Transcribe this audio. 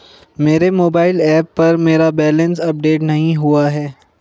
मेरे mobile app पर मेरा बैलेंस अपडेट नहीं हुआ है